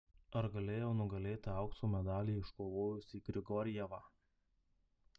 ar galėjau nugalėti aukso medalį iškovojusį grigorjevą